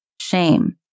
Shame